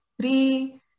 three